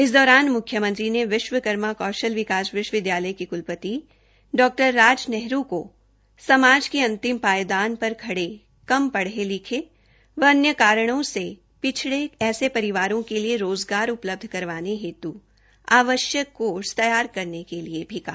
इस दौरान म्ख्यमंत्री ने विश्वकर्मा कौशल विशवविदयालय के क्लपति डॉ राज नेहरू को समाज के अंतिम पायदान पर खड़े कम पढ़े लिखे व अन्य कारणों से पिछड़े ऐसे परिवारों के लिए रोज़गार उपलब्ध करवाने हेतु आवश्यक कोर्स तैयार करने के लिए भी कहा